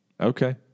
Okay